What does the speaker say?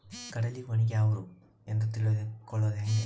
ಕಡಲಿ ಒಣಗ್ಯಾವು ಎಂದು ತಿಳಿದು ಕೊಳ್ಳೋದು ಹೇಗೆ?